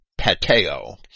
pateo